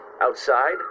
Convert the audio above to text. Outside